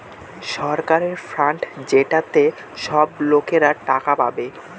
সরকারের ফান্ড যেটাতে সব লোকরা টাকা পাবে